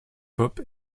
pop